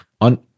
on